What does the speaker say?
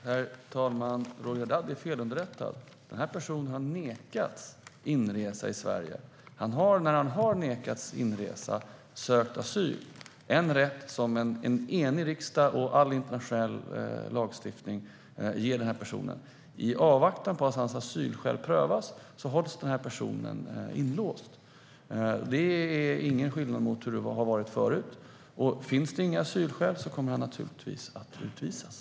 Herr talman! Roger Haddad är felunderrättad. Den här personen har nekats inresa i Sverige. Då sökte han asyl. Det är en rätt som en enig riksdag och all internationell lagstiftning ger den här personen. I avvaktan på att hans asylskäl prövas hålls den här personen inlåst. Det är ingen skillnad mot hur det har varit förut. Finns det inga asylskäl kommer han naturligtvis att utvisas.